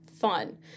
Fun